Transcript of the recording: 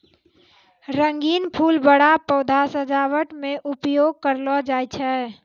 रंगीन फूल बड़ा पौधा सजावट मे उपयोग करलो जाय छै